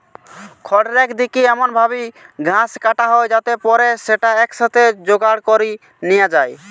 খড়রেক দিকি এমন ভাবি ঘাস কাটা হয় যাতে পরে স্যাটা একসাথে জোগাড় করি নিয়া যায়